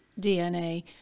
DNA